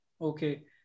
okay